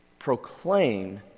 Proclaim